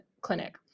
clinic